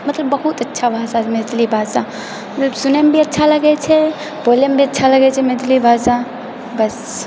मतलब बहुत अच्छा भाषा छै मैथिली भाषा सुनैमे भी अच्छा लगै छै बोलैमे भी अच्छा लगै छै मैथिली भाषा बस